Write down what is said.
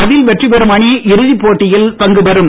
அதில் வெற்றி பெறும் அணி இறுதிப்ப போட்டியில் பங்குபெறும்